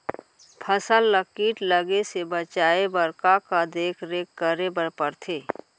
फसल ला किट लगे से बचाए बर, का का देखरेख करे बर परथे?